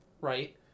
Right